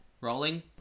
Rolling